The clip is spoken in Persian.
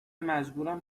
مجبورم